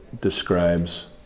Describes